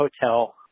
hotel